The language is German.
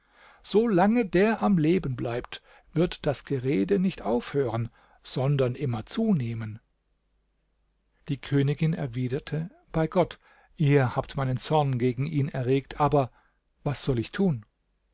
der beim leben bleibt wird das gerede nicht aufhören sondern immer zunehmen die königin erwiderte bei gott ihr habt meinen zorn gegen ihn erregt aber was soll ich tun